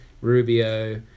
Rubio